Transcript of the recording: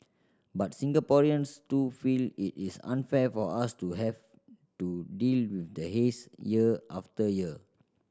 but Singaporeans too feel it is unfair for us to have to deal with the haze year after year